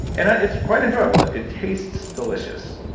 and ah it's quite enjoyable it it tastes delicious.